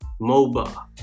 MOBA